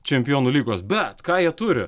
čempionų lygos bet ką jie turi